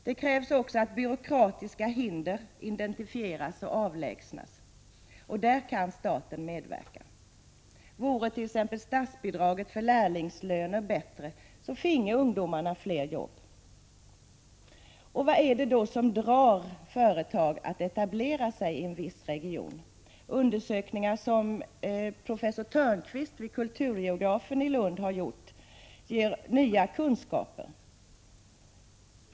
Det krävs också att byråkratiska hinder identifieras och avlägsnas. Det kan staten medverka till. Vore t.ex. statsbidraget för lärlingslöner bättre, finge fler ungdomar jobb. Vad är det då som drar företag till att etablera sig i en viss region? Undersökningar som professor Törnquist i kulturgeografi vid Lunds universitet har redovisat ger oss nya kunskaper.